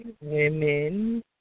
women